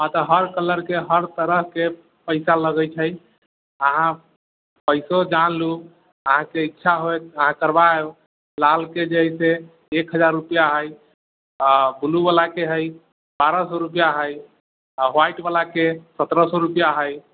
हँ तऽ हर कलरके हर तरहके पैसा लगैत छै अहाँ पैसो जान लू अहाँके इच्छा होय तऽ अहाँ करबाउ लालके जे हइ से एक हजार रूपैआ हइ आ ब्लूवलाके हइ बारह सए रूपैआ हइ आ वाइटवलाके सत्रह सए रूपैआ हइ